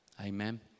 Amen